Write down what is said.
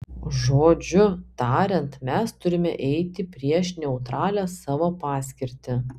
žodžiu tariant mes turime eiti prieš neutralią savo paskirtį